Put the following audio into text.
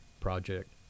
Project